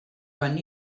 quan